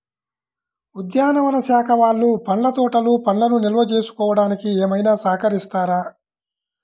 ఉద్యానవన శాఖ వాళ్ళు పండ్ల తోటలు పండ్లను నిల్వ చేసుకోవడానికి ఏమైనా సహకరిస్తారా?